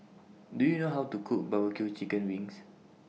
Do YOU know How to Cook Barbecue Chicken Wings